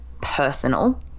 personal